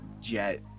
jet